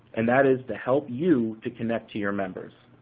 and that is to help you to connect to your members.